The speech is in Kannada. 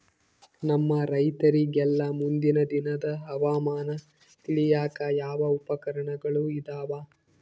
ನಮ್ಮ ರೈತರಿಗೆಲ್ಲಾ ಮುಂದಿನ ದಿನದ ಹವಾಮಾನ ತಿಳಿಯಾಕ ಯಾವ ಉಪಕರಣಗಳು ಇದಾವ?